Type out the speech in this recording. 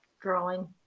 drawing